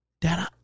Dad